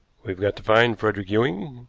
we've got to find frederick ewing,